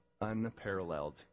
unparalleled